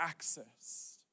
accessed